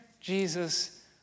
Jesus